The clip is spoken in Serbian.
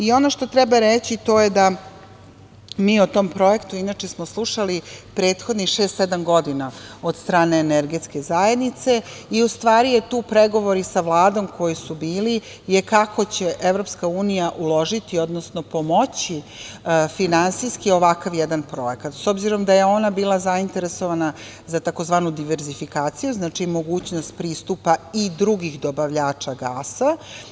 Ono što treba reći to je da mi o tom projektu smo inače, slušali prethodnih šest, sedam godina, od strane Energetske zajednice, i u stvari, pregovori sa Vladom koji su bili, kako će EU uložiti, odnosno pomoći finansijski ovakav jedan projekat, s obzirom da je ona bila zainteresovana za tzv. diverzifikaciju, znači, mogućnost pristupa i drugih dobavljača gasa.